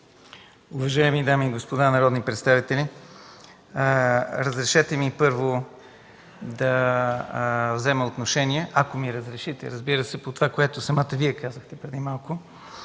уважаеми дами и господа народни представители! Разрешете ми, първо, да взема отношение, ако ми разрешите, разбира се, по това, което Вие самата казахте преди малко.